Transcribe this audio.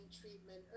treatment